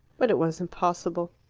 but it was impossible.